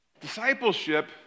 Discipleship